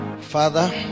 Father